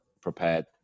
prepared